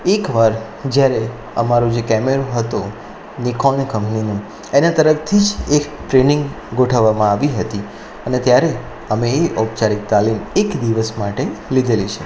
એકવાર જ્યારે અમારું જે કેમેરા હતો નિકોનની કંપનીનો એના તરફથી જ એક ટ્રેનિંગ ગોઠવવામાં આવી હતી અને ત્યારે અમે એ ઔપચારિક તાલીમ એક દિવસ માટે લીધેલી છે